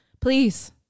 Please